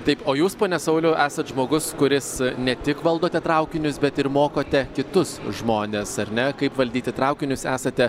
taip o jūs pone sauliau esat žmogus kuris ne tik valdote traukinius bet ir mokote kitus žmones ar ne kaip valdyti traukinius esate